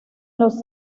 los